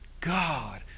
God